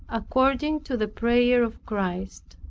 according to the prayer of christ,